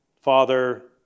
Father